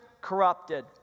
corrupted